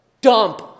dump